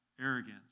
arrogance